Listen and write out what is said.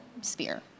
sphere